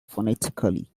phonetically